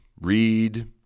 read